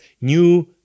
new